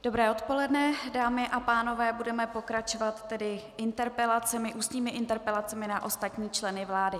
Dobré odpoledne, dámy a pánové, budeme pokračovat tedy ústními interpelacemi na ostatní členy vlády.